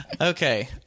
okay